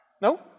No